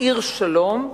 "עיר שלום",